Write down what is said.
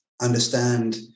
understand